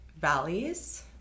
valleys